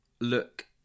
look